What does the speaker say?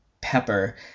Pepper